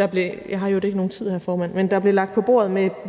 se min tid, formand –